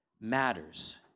matters